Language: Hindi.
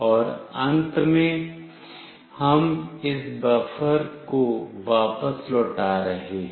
और अंत में हम इस बफर को वापस लौटा रहे हैं